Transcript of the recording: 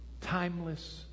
Timeless